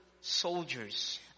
soldiers